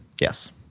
Yes